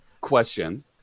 Question